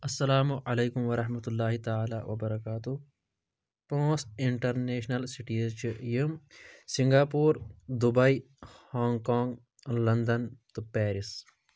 اَسلام علیکُم ورحمَتہُ اللہ تعالٰی وبرکاتُہ پٲنٛژھ اِنٹرنیشنل سِٹیٖز چھِ یِم Singapore Dubai Hong Kong London تہٕ پیرِس